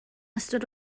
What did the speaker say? ystod